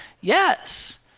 Yes